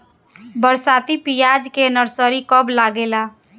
बरसाती प्याज के नर्सरी कब लागेला?